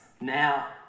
Now